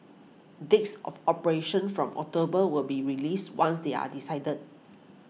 dates of operation from October will be released once they are decided